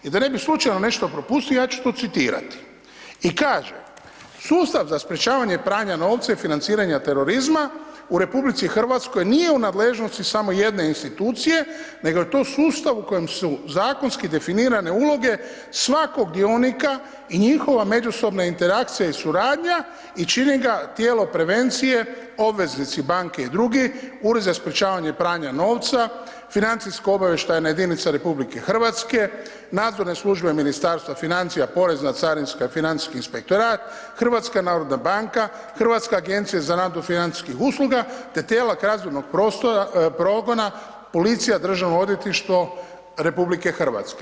I da ne bi slučajno nešto propustili ja ću to citirati i kaže: „Sustav za sprječavanje pranja novca i financiranja terorizma u RH nije u nadležnosti samo jedne institucije nego je to sustav u kojem su zakonski definirane uloge svakog dionika i njihova međusobna interakcija i suradnja i čini ga tijelo prevencije, obveznici, banke i drugi, ured za sprječavanje pranja novca, financijsko obavještajna jedinica RH, nadzorne službe Ministarstva financija, porezna, carinska i financijski inspektorat, HNB, Hrvatska agencija za nadzor financijskih usluga te tijela kaznenog progona, policija, Državno odvjetništvo RH.